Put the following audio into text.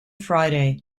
friday